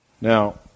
Now